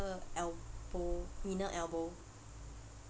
elbow inner elbow